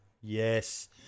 Yes